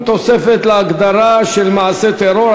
תוספת להגדרה של מעשה טרור),